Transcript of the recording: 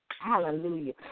Hallelujah